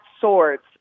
swords